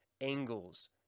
angles